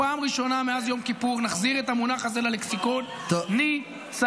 פעם ראשונה מאז יום כיפור נחזיר את המונח הזה ללקסיקון: ניצחון.